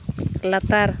ᱞᱟᱛᱟᱨ